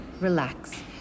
relax